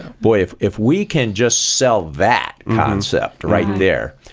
boy, if if we can just sell that concept right there.